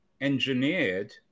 engineered